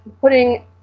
putting